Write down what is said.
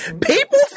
People